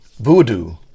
voodoo